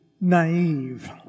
naive